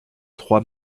trois